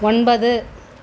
ஒன்பது